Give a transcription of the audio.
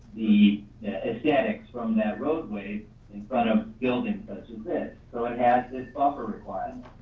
the aesthetics from that roadways in front of buildings such as this. so it has this buffer requirement.